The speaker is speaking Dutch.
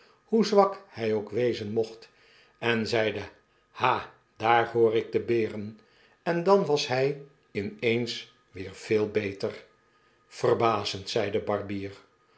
hoe zwak hy ook wezen mocht en zeide ha daar hoor ik de beren en dan was hij in eens weerveel beter verbazend zeide de barbier